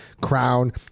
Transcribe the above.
crown